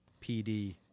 pd